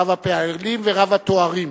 רב-הפעלים ורב-התארים.